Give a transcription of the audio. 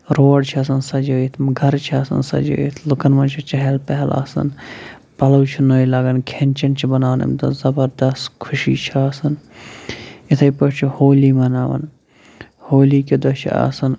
road چھِ آسان سَجٲیِتھ گَرٕ چھِ آسان سَجٲیِتھ لُکَن منٛز چھِ چَہل پہل آسان پَلو چھُ نٔے لاگان کھٮ۪ن چٮ۪ن چھِ بَناون اَمہِ دۄہ زبردَس خوشی چھِ آسَان یِتھٕے پٲٹھۍ چھُ ہولی مَناوَان ہولی کہِ دۄہ چھِ آسان